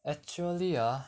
actually ah